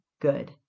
good